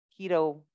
keto